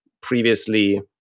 previously